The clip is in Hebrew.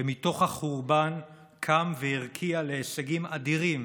ומתוך החורבן קם והרקיע להישגים אדירים